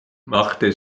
machte